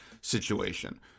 situation